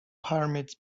pyramids